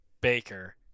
Baker